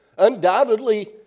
undoubtedly